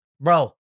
Bro